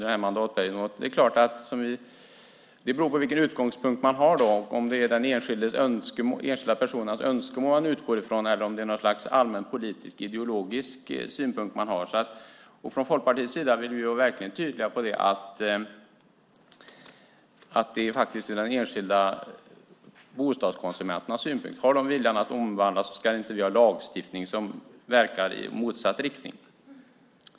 Där tycker vi olika beroende på vilken utgångspunkt man har, om det är de enskilda personernas önskemål man utgår från eller om man har något slags allmänpolitisk ideologisk syn. Från Folkpartiet vill vi vara verkligen tydliga med att det är de enskilda bostadskonsumenternas synpunkt som gäller. Har de viljan att omvandla ska vi inte ha en lagstiftning som verkar i motsatt riktning.